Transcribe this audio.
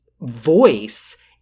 voice